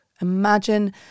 Imagine